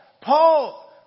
Paul